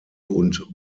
und